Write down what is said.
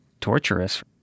torturous